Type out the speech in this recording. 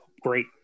great